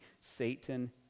Satan